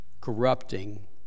corrupting